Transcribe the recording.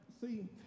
see